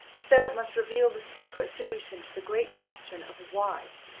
as though it must reveal the secret solution to the great question of why.